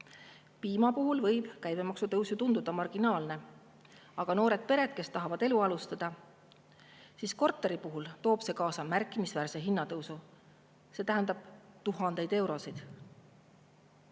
Piima puhul võib käibemaksu tõus ju tunduda marginaalne, aga kui noored pered tahavad elu alustada [ja kodu soetada], siis korteri puhul toob see kaasa märkimisväärse hinnatõusu, see tähendab tuhandeid eurosid.